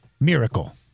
Miracle